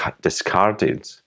discarded